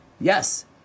yes